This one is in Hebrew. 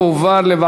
התשע"ג 2013,